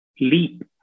leap